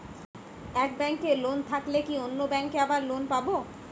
এক ব্যাঙ্কে লোন থাকলে কি অন্য ব্যাঙ্কে আবার লোন পাব?